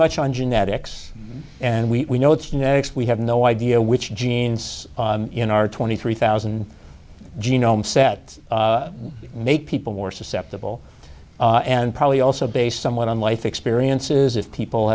much on genetics and we know what's next we have no idea which genes in our twenty three thousand genome sets make people more susceptible and probably also based somewhat on life experiences if people